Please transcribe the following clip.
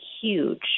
huge